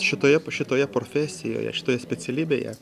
šitoje šitoje profesijoje šitoj specialybėje